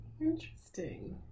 Interesting